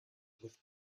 with